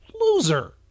loser